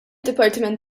dipartiment